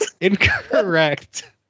Incorrect